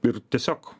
ir tiesiog